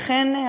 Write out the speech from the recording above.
אכן,